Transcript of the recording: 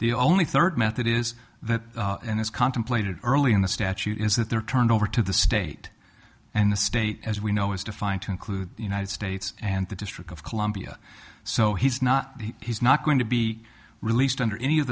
the only third method is that his contemplated early in the statute is that they're turned over to the state and the state as we know is defined to include the united states and the district of columbia so he's not he's not going to be released under any of